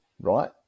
right